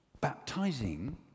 baptizing